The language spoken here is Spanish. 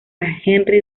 henry